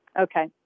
Okay